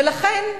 ולכן,